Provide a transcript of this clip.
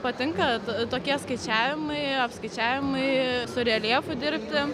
patinka tokie skaičiavimai apskaičiavimai su reljefu dirbti